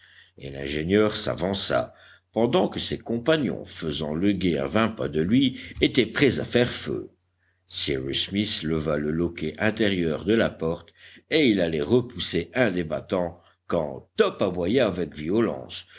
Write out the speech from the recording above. et l'ingénieur s'avança pendant que ses compagnons faisant le guet à vingt pas de lui étaient prêts à faire feu cyrus smith leva le loquet intérieur de la porte et il allait repousser un des battants quand top aboya avec violence